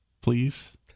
Please